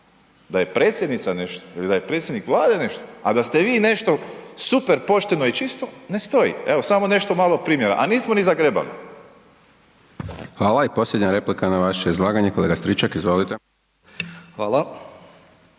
da je predsjednica nešto ili da je predsjednik Vlade nešto, a da ste vi nešto super pošteno i čisto, ne stoji. Evo, samo nešto malo primjera. A nismo ni zagrebali. **Hajdaš Dončić, Siniša (SDP)** Hvala. I posljednja replika na vaše izlaganje, kolega Stričak, izvolite.